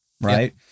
right